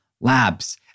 labs